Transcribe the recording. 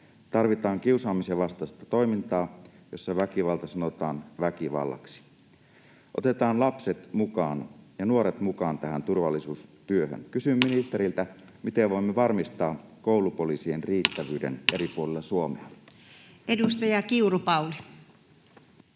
Tarvitaan kiusaamisen vastaista toimintaa, jossa väkivaltaa sanotaan väkivallaksi. Otetaan lapset ja nuoret mukaan tähän turvallisuustyöhön. Kysyn ministeriltä: miten voimme varmistaa koulupoliisien riittävyyden eri puolilla Suomea? Edustaja Kiuru, Pauli.